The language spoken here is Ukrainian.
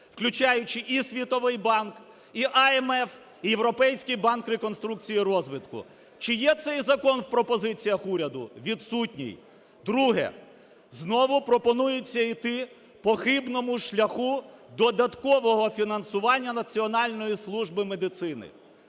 включаючи і Світовий банк, і IMF, і Європейський банк реконструкції і розвитку. Чи є цей закон в пропозиціях уряду? Відсутній. Друге. Знову пропонується іти по хибному шляху додаткового фінансування Національної служби медицини,